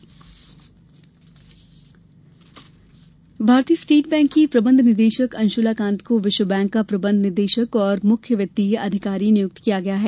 state bank नियुक्ति भारतीय state bank की प्रबंध निदेशक अंशुला कांत को विश्व बैंक का प्रबंध निदेशक और मुख्य वित्तीय अधिकारी नियुक्त किया गया है